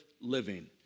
living